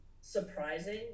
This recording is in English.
surprising